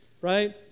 Right